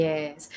Yes